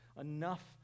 Enough